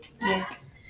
Yes